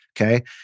Okay